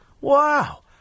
wow